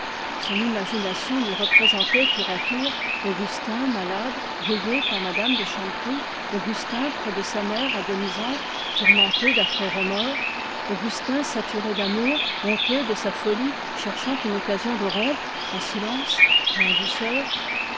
son imagination lui représentait tour à tour augustin malade veillé par m me de chanteprie augustin près de sa mère agonisante tourmenté d'affreux remords augustin saturé d'amour honteux de sa folie cherchant une occasion de rompre elle